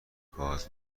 کاغذ